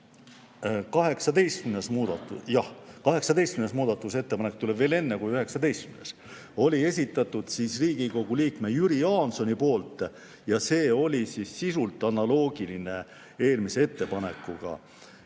18. muudatus. Jah, 18. muudatusettepanek tuleb enne kui 19. Selle oli esitanud Riigikogu liige Jüri Jaanson ja see oli sisult analoogiline eelmise ettepanekuga.